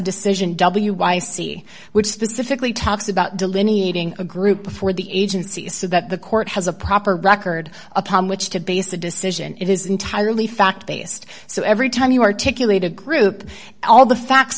decision w y c which specifically talks about delineating a group before the agency so that the court has a proper record upon which to base a decision it is entirely fact based so every time you articulate a group all the facts